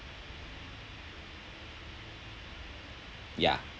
yeah